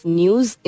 news